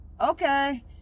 okay